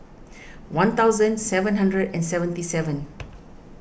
one thousand seven hundred and seventy seven